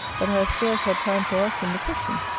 that i have scarce had time to ask him the question.